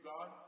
God